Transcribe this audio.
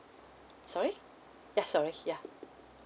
sorry ya sorry ya